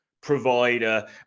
provider